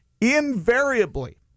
Invariably